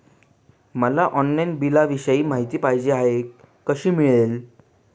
मला ऑनलाईन बिलाविषयी माहिती पाहिजे आहे, कशी मिळेल?